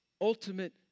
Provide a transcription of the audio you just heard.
ultimate